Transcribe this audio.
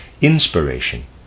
Inspiration